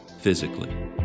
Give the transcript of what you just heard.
physically